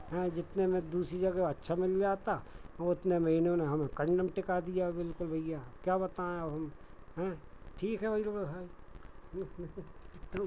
हाँ जितने में दूसरी जगह अच्छा मिल जाता वो इतने में इन्होंने हमें टिका दिया बिल्कुल भैया अब क्या बताएं अब हम हाँ ठीक है भाई वो है